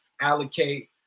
allocate